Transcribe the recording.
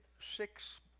six